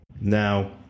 Now